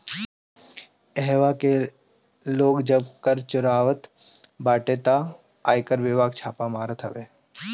इहवा के लोग जब कर चुरावत बाटे तअ आयकर विभाग छापा मारत हवे